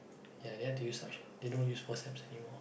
ya they had to use suction they don't use forceps anymore